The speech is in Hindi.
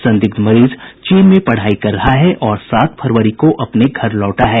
संदिग्ध मरीज चीन में पढ़ाई कर रहा है और सात फरवरी को अपने घर लौटा है